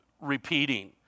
repeating